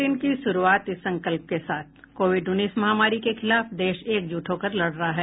bulletin की शुरूआत इस संकल्प के साथ कोविड उन्नीस महामारी के खिलाफ देश एकजुट होकर लड़ रहा है